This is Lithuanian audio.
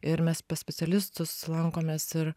ir mes pas specialistus lankomės ir